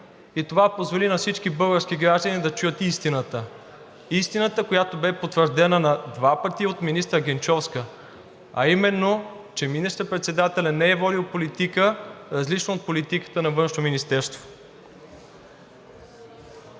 и това позволи на всички български граждани да чуят истината, истината, която бе потвърдена на два пъти от министър Генчовска, а именно, че министър-председателят не е водил политика, различна от политиката на Външно министерство.